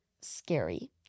scary